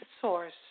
source